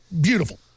beautiful